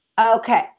Okay